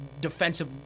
defensive